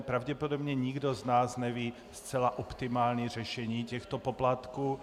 Pravděpodobně nikdo z nás neví zcela optimální řešení těchto poplatků.